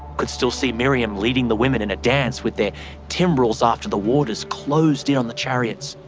could still see miriam leading the women in a dance with their timbrels after the waters closed in on the chariots.